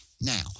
Now